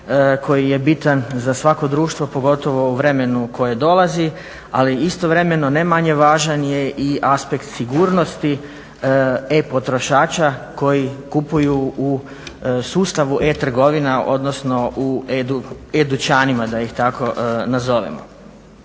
koji je bitan za svako društvo pogotovo u vremenu koje dolazi, ali istovremeno ne manje važan je i aspekt sigurnosti e-potrošača koji kupuju u sustavu e-trgovina odnosno u e-dućanima da ih tako nazovemo.